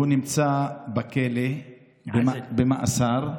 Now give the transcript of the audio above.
שהוא נמצא בכלא, במאסר,